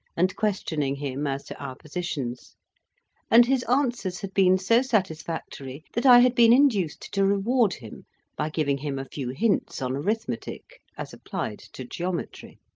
and questioning him as to our positions and his answers had been so satis factory that i had been induced to reward him by giving him a few hints on arithmetic, as applied to geometry.